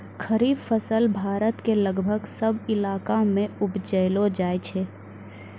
खरीफ फसल भारत के लगभग सब इलाका मॅ उपजैलो जाय छै